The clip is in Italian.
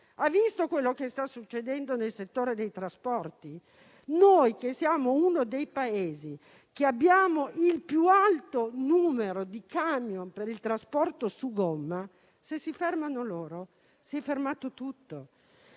Ha visto cosa sta succedendo nel settore dei trasporti? Noi siamo uno dei Paesi con il più alto numero di camion per il trasporto su gomma e se si fermano loro, si fermerà tutto,